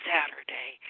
Saturday